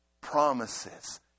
promises